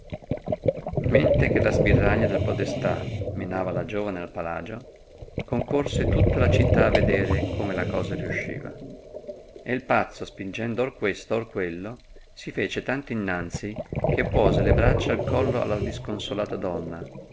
mentre che la sbirraglia del podestà menava la giovane al palagio concorse tutta la città a vedere come la cosa riusciva ed il pazzo spingendo or questo or quello si fece tanto innanzi che puose le braccia al collo alla disconsolata donna